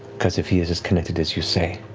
because if he is as connected as you say,